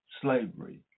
slavery